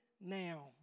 now